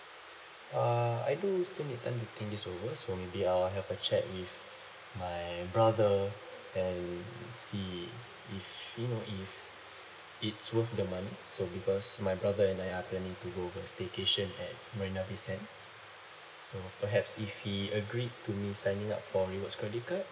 uh I do still need time to think this over so maybe I will have a chat with my brother and see if you know if it's worth the money so because my brother and I are planning to go for a staycation at marina bay sands so perhaps if he agreed to me signing up for rewards credit card